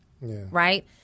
right